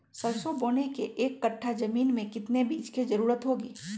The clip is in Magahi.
सरसो बोने के एक कट्ठा जमीन में कितने बीज की जरूरत होंगी?